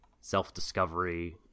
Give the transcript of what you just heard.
self-discovery